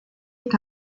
est